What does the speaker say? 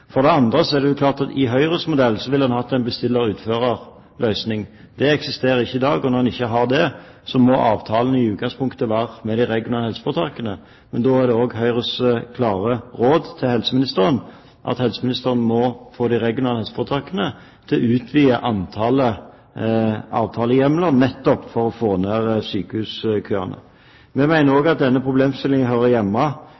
For det andre er det klart at i Høyres modell ville en hatt en bestiller–utfører-løsning. Det eksisterer ikke i dag, og når en ikke har det, må avtalene i utgangspunktet være med de regionale helseforetakene. Da er det også Høyres klare råd til helseministeren at hun må få de regionale helseforetakene til å utvide antallet avtalehjemler nettopp for å få ned sykehuskøene. Vi